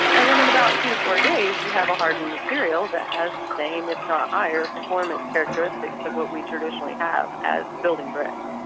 and then in about two to four days you have a hardened material that has the same if not higher performance characteristics of what we traditionally have as building bricks.